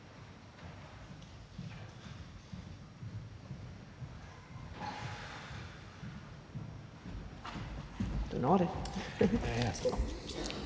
en ordentlig